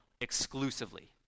exclusively